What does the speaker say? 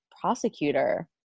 prosecutor